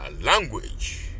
language